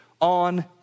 on